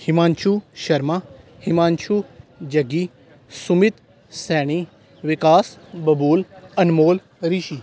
Himanshu Sharma Himanshu Jaggi Sumit Saini Vikas Babool Anmol Rishi